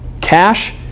cash